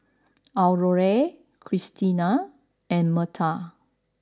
Aurore Christina and Marta